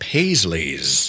Paisley's